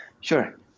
Sure